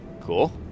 Cool